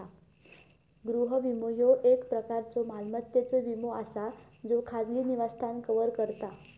गृह विमो, ह्यो एक प्रकारचो मालमत्तेचो विमो असा ज्यो खाजगी निवासस्थान कव्हर करता